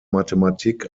mathematik